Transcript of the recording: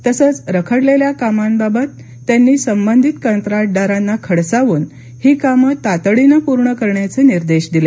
तसंच रखडलेल्या कामांबाबत त्यांनी संबंधित कंत्राटदारांना खडसावून ही कामं तातडीने पूर्ण करण्याचे निदेंश दिले